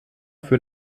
für